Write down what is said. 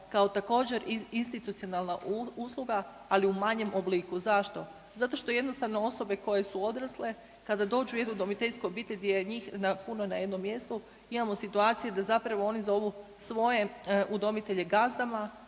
kao također, institucionalna usluga, ali u manjem obliku. Zašto? Zato što jednostavno osobe koje su odrasle kada dođu u jednu udomiteljsku obitelj gdje je njih puno na jednom mjestu, imamo situacije da zapravo oni zovu svoje udomitelje gazdama,